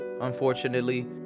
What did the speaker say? unfortunately